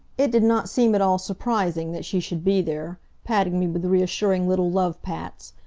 it did not seem at all surprising that she should be there, patting me with reassuring little love pats,